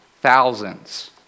Thousands